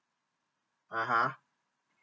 (uh huh)